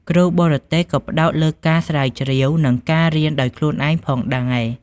គ្រូបរទេសក៏ផ្តោតលើការស្រាវជ្រាវ និងការរៀនដោយខ្លួនឯងផងដែរ។